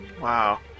Wow